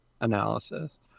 analysis